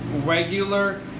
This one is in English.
regular